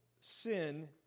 sin